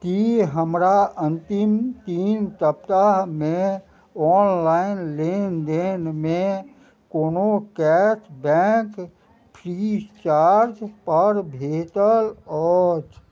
की हमरा अन्तिम तीन सप्ताहमे ऑनलाइन लेनदेनमे कोनो कैश बैंक फ्री चार्जपर भेटल अछि